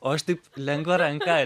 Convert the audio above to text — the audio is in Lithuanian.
o aš taip lengva ranka